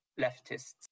leftists